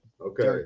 Okay